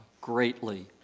greatly